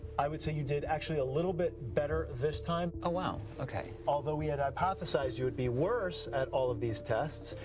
i would say you did actually a little bit better this time. oh, wow. okay. although we had hypothesised you would be worse at all of these tests,